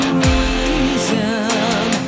reason